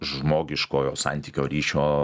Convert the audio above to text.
žmogiškojo santykio ryšio